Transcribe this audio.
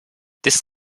this